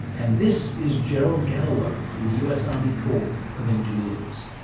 and this is gerald galloway from the us army corps of engineers.